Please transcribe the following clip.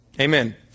Amen